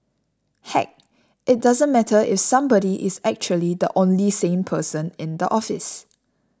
heck it doesn't matter if somebody is actually the only sane person in the office